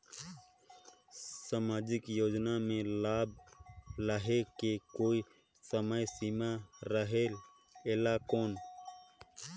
समाजिक योजना मे लाभ लहे के कोई समय सीमा रहे एला कौन?